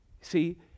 See